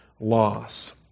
loss